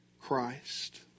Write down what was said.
Christ